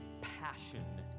passion